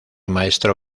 maestro